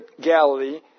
Galilee